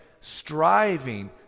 Striving